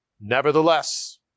Nevertheless